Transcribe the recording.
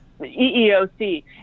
EEOC